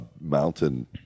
mountain